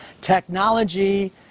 technology